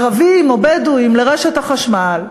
ערבים או בדואים לרשת החשמל,